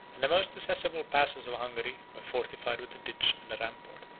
and the most accessible passes of hungary were fortified with a ditch and rampart.